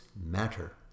matter